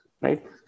right